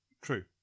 True